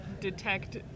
detect